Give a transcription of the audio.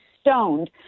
stoned